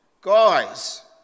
Guys